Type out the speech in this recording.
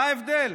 מה ההבדל?